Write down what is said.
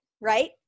right